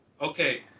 okay